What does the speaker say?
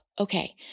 Okay